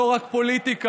לא רק פוליטיקה